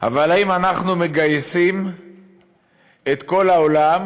אבל האם אנחנו מגייסים את כל העולם